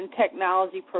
technology